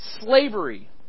slavery